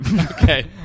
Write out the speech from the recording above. Okay